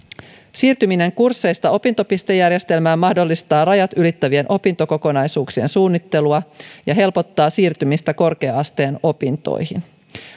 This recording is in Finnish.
siirtyminen kursseista opintopistejärjestelmään mahdollistaa rajat ylittävien opintokokonaisuuksien suunnittelua ja helpottaa siirtymistä korkea asteen opintoihin